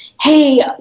hey